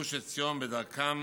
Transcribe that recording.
בגוש עציון בדרכם